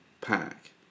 pack